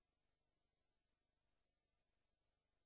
לצערי, הוא